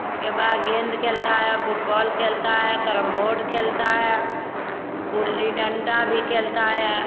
उसके बाद गेंद खेलता है या फुटबॉल खेलता है या कैरम बोर्ड खेलता है गुल्ली डंटा भी खेलता है